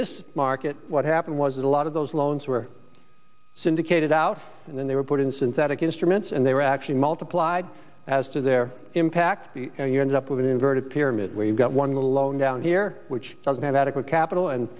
this market what happened was that a lot of those loans were syndicated out and then they were put in synthetic instruments and they were actually multiplied as to their impact you end up with an inverted pyramid where you've got one little loan down here which doesn't have adequate capital and